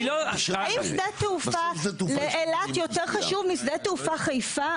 האם שדה תעופה לאילת יותר חשוב משדה תעופה חיפה?